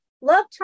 love